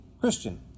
Christian